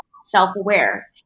self-aware